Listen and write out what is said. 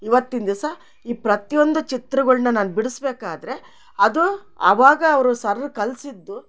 ಇವತ್ತಿನ ದಿವಸ ಈ ಪ್ರತ್ಯೋಂದು ಚಿತ್ರಗಳನ್ನ ನಾನು ಬಿಡ್ಸ್ಬೇಕಾದರೆ ಅದು ಅವಾಗ ಅವರು ಸರ್ ಕಲ್ಸಿದ್ದು